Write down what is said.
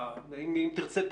אם תרצה,